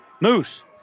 Moose